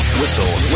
Whistle